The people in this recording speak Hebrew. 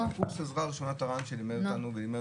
הקורס עזרה ראשונה שלימד אותנו ולימד